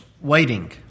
Waiting